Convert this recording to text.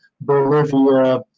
Bolivia